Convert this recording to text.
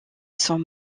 sont